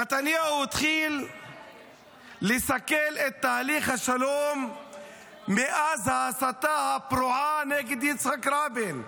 נתניהו התחיל לסכל את תהליך השלום מאז ההסתה הפרועה נגד יצחק רבין.